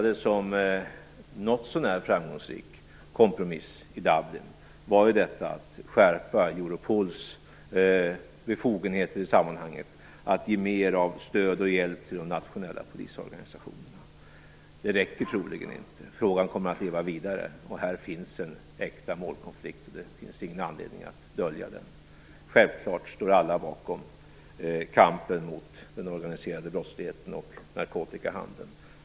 Den något så när framgångsrika kompromiss som vi hittade i Dublin var att skärpa Europols befogenheter i sammanhanget, att ge mer av stöd och hjälp till de nationella polisorganisationerna. Det räcker troligen inte. Frågan kommer att leva vidare. Här finns en äkta målkonflikt och det finns ingen anledning att dölja den. Självklart står alla bakom kampen mot den organiserade brottsligheten och narkotikahandeln.